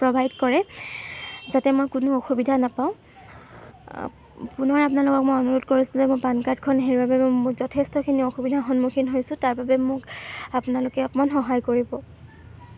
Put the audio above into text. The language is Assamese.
প্ৰভাইড কৰে যাতে মই কোনো অসুবিধা নাপাওঁ পুনৰ আপোনালোকক মই অনুৰোধ কৰিছোঁ যে মোৰ পান কাৰ্ডখন হেৰুৱাৰ বাবে মোৰ যথেষ্টখিনি অসুবিধাৰ সন্মুখিন হৈছোঁ তাৰবাবে মোক আপোনালোকে অকণমান সহায় কৰিব